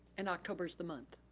and october's the month.